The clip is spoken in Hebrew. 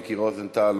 מיקי רוזנטל,